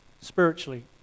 spiritually